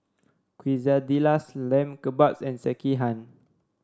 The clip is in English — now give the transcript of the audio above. Quesadillas Lamb Kebabs and Sekihan